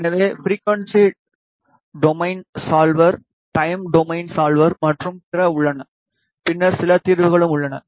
எனவே frequency domain solver time domain solver மற்றும் பிற உள்ளன பின்னர் சில தீர்வுகளும் உள்ளன